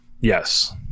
Yes